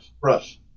brush